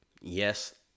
Yes